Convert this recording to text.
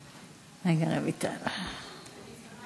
עשיתם, בצלאל סמוטריץ,